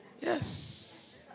Yes